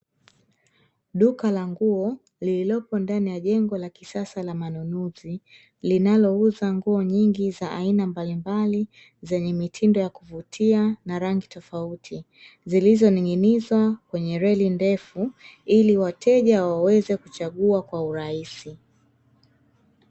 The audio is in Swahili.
Duka la nguo lililopo ndani ya jengo la kisasa la manunuzi, linalouza nguo nyingi za aina mbalimbali zenye mitindo ya kuvutia na rangi tofauti, zilizoning'inizwa kwenye leri ndefu, ili wateja waweze kuchagua kwa urahisi.